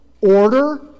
order